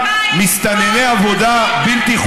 תמונה אחת של שוטרים מגרשים אפריקנים עושה את העבודה עבור ה-BDS מצוין.